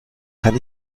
kann